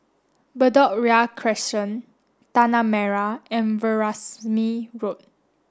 Bedok Ria Crescent Tanah Merah and Veerasamy Road